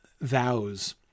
vows